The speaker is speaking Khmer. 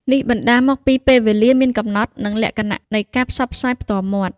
នេះបណ្ដាលមកពីពេលវេលាមានកំណត់ និងលក្ខណៈនៃការផ្សព្វផ្សាយផ្ទាល់មាត់។